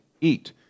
eat